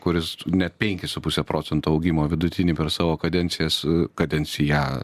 kuris net penkis su puse procento augimo vidutinį per savo kadencijas kadenciją